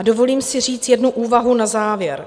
Dovolím si říct jednu úvahu na závěr.